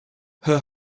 her